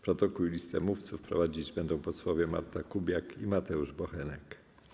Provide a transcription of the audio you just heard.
Protokół i listę mówców prowadzić będą posłowie Marta Kubiak i Mateusz Bochenek.